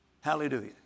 Hallelujah